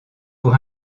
pour